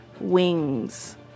wings